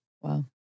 Wow